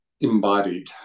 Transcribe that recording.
embodied